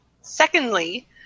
Secondly